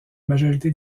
majorité